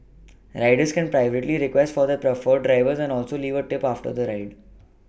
riders can privately request for their preferred drivers and also leave a tip after the ride